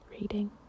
reading